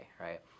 right